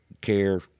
care